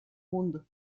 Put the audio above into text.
mundo